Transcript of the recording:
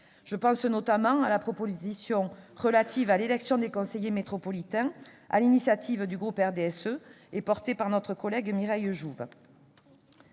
Je pense notamment à la proposition relative à l'élection des conseillers métropolitains, adoptée sur l'initiative du groupe du RDSE et portée par notre collègue Mireille Jouve.